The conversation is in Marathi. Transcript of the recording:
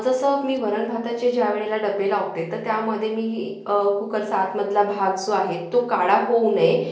जसं मी वरणभाताचे ज्या वेळेला डबे लावते तर त्यामध्ये मी कुकरचा आतमधला भाग जो आहे तो काळा होऊ नये